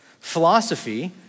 Philosophy